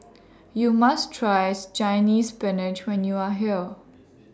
YOU must tries Chinese Spinach when YOU Are here